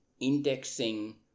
indexing